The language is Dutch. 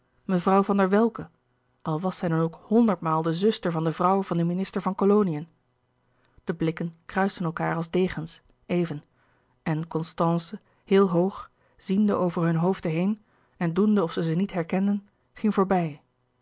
van der welcke al was zij dan ook honderd louis couperus de boeken der kleine zielen maal de zuster van de vrouw van den minister van koloniën de blikken kruisten elkaâr als degens even en constance heel hoog ziende over hunne hoofden heen en doende of zij ze niet herkende ging voorbij